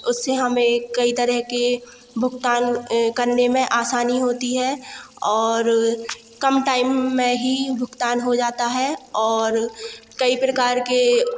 उससे हमें कई तरह के भुगतान करने में आसानी होती है और कम टाइम में ही भुगतान हो जाता है और कई प्रकार के